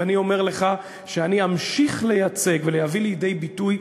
ואני אומר לך שאני אמשיך לייצג ולהביא לידי ביטוי,